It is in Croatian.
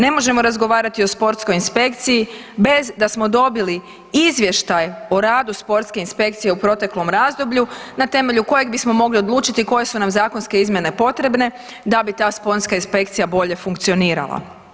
Ne možemo razgovarati o sportskoj inspekciji bez da smo dobili izvještaj o radu sportske inspekcije u proteklom razdoblju na temelju kojeg bismo mogli odlučiti koje su nam zakonske izmjene potrebne da bi ta sportska inspekcija bolje funkcionirala.